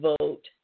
vote